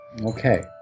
Okay